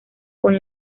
con